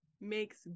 makes